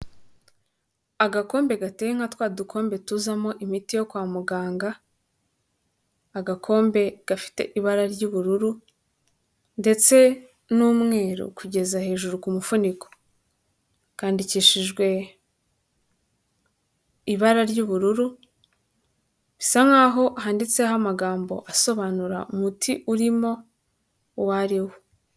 Agakombe gateye nka twa dukombe tuzamo imiti yo kwa muganga, agakombe gafite ibara ry'ubururu, ndetse n'umweru kugeza hejuru ku mufuniko, kandikishijwe ibara ry'ubururu, bisa nk'aho handitseho amagambo asobanura umuti urimo uwo ariwo.